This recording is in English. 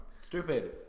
Stupid